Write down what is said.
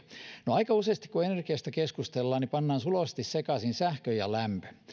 aika useasti kun energiasta keskustellaan pannaan suloisesti sekaisin sähkö ja lämpö